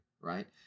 right